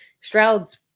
Stroud's